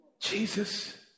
Jesus